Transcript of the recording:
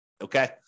okay